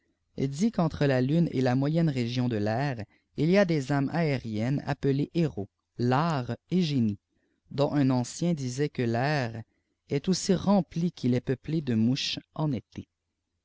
dit ipi'entre la x lune et la moyenne i égîdh d'è l'air il y à dfés âmes aériennes appelées héros lare et génies dont un ancien disait que l'air est aussi rempli qu'il est peupfe de abouches en été